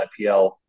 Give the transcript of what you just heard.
IPL